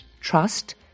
Trust